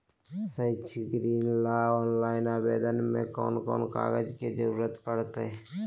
शैक्षिक ऋण ला ऑनलाइन आवेदन में कौन कौन कागज के ज़रूरत पड़तई?